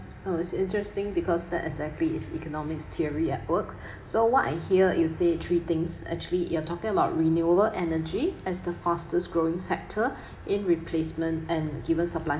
oh it's interesting because that exactly is economics theory at work so what I hear you say three things actually you are talking about renewable energy as the fastest growing sector in replacement and given supply